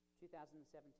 2017